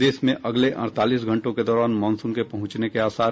प्रदेश में अगले अड़तालीस घंटों के दौरान मॉनसून के पहुंचने के आसार